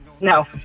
no